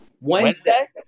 Wednesday